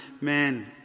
men